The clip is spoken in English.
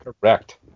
Correct